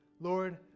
Lord